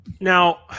now